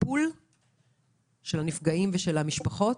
ובטיפול בנפגעים ובמשפחות,